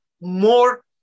more